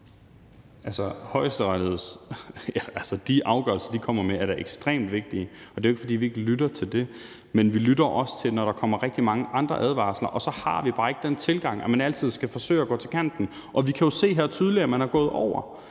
Altså, de afgørelser, som Højesteret kommer med, er da ekstremt vigtige, og det er jo ikke, fordi vi ikke lytter til dem, men vi lytter også, når der kommer rigtig mange andre advarsler. Og så har vi bare ikke den tilgang, at man altid skal forsøge at gå til kanten. Og vi kan tydeligt se her, at man har bevæget